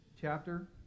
chapter